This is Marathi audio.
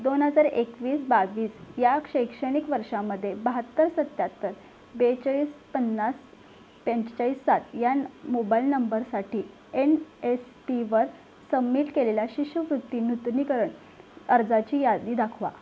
दोन हजार एकवीस बावीस या शैक्षणिक वर्षामध्ये बाहात्तर सत्याहत्तर बेचाळीस पन्नास पंचेचाळीस सात या मोबाईल नंबरसाठी एन एस पीवर समिट केलेल्या शिष्यवृत्ती नूतनीकरण अर्जाची यादी दाखवा